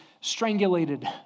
strangulated